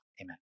Amen